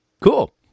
cool